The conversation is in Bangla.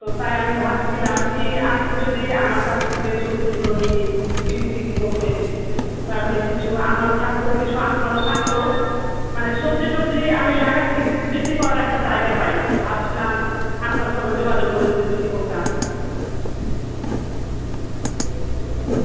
তো তাই আমি ভাবছিলাম কি আপনি যদি আমার কাছ থেকে সবজিগুলো নিয়ে বিক্রি টিক্রি করতেন তাহলে কিছু আমারও থাকতো কিছু আপনারও থাকতো মানে সবজি টবজি আমি লাগাচ্ছি কিন্তু বিক্রি করার একটা জায়গা পাই না তো আমি ভাবছিলাম আপনার সঙ্গে যোগাযোগ করে যদি বিক্রি করতাম